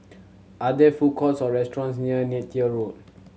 are there food courts or restaurants near Neythal Road